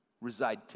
reside